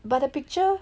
but the picture